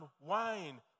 wine